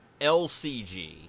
LCG